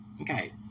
Okay